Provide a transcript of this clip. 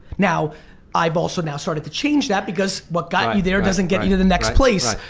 now i've also now started to change that because what got you there doesn't get you to the next place.